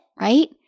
right